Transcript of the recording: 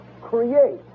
Create